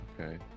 Okay